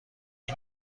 این